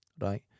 Right